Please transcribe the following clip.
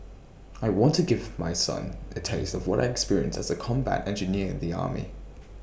I wanted give my son A taste of what I experienced as A combat engineer in the army